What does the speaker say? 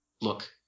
Look